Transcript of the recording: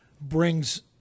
brings